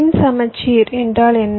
மின் சமச்சீர் என்றால் என்ன